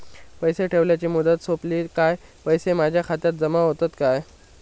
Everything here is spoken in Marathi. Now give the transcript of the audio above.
पैसे ठेवल्याची मुदत सोपली काय पैसे माझ्या खात्यात जमा होतात काय?